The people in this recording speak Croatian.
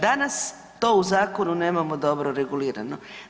Danas to u zakonu nemamo dobro regulirano.